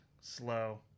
slow